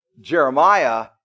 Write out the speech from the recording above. Jeremiah